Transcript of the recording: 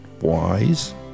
wise